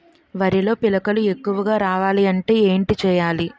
వరిలో పిలకలు ఎక్కువుగా రావాలి అంటే ఏంటి చేయాలి?